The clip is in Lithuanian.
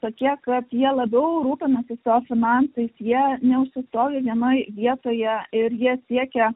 tokie kad jie labiau rūpinasi savo finansais jie neužsistovi vienoj vietoje ir jie siekia